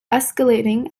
escalating